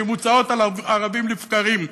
שמוצעות ערבים לבקרים,